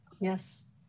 Yes